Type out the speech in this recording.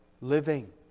living